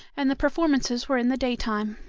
and the performances were in the daytime.